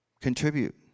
contribute